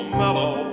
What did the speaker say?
mellow